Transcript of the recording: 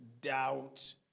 doubt